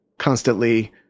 constantly